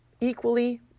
equally